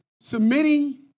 Submitting